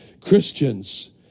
Christians